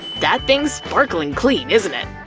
that thing's sparkling clean, isn't it!